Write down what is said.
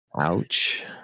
ouch